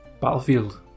Battlefield